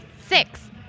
Six